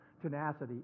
tenacity